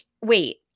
wait